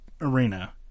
arena